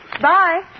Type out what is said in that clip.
Bye